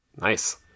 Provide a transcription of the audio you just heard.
Nice